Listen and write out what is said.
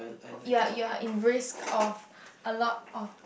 you are you are in risk of a lot of